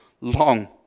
long